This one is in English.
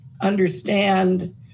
understand